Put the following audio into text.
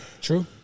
True